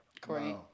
Great